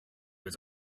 was